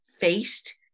faced